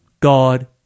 God